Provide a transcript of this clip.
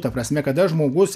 ta prasme kada žmogus